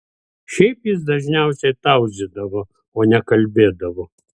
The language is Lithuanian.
šiaip jis dažniausiai tauzydavo o ne kalbėdavo